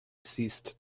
ceased